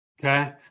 Okay